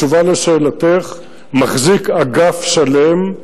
בתשובה על שאלתךְ מחזיק אגף שלם,